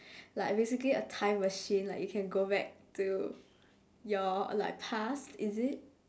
like basically a time machine like you can go back to your like past is it